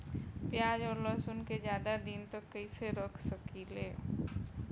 प्याज और लहसुन के ज्यादा दिन तक कइसे रख सकिले?